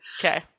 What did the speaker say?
Okay